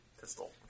Pistol